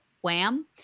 wham